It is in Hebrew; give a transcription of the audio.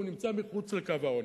הוא נמצא מחוץ לקו העוני,